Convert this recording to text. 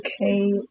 okay